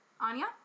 Anya